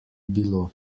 bilo